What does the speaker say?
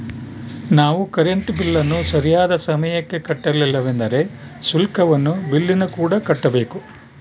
ನಾವು ಕರೆಂಟ್ ಬಿಲ್ಲನ್ನು ಸರಿಯಾದ ಸಮಯಕ್ಕೆ ಕಟ್ಟಲಿಲ್ಲವೆಂದರೆ ಶುಲ್ಕವನ್ನು ಬಿಲ್ಲಿನಕೂಡ ಕಟ್ಟಬೇಕು